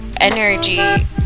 energy